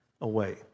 away